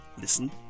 Listen